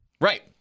Right